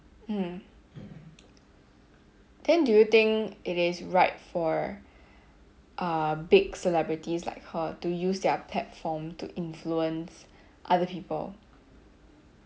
mm then do you think it is right for uh big celebrities like her to use their platform to influence other people